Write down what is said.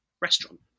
restaurant